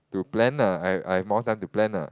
to plan ah I I've more time to plan ah